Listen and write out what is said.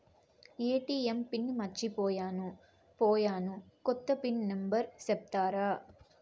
ATM pin మర్చిపోయాను పోయాను, కొత్త పిన్ నెంబర్ సెప్తారా?